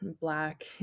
Black